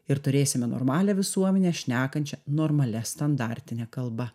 ir turėsime normalią visuomenę šnekančią normalia standartine kalba